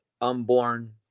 unborn